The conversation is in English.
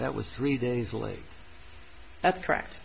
that was three days late that's correct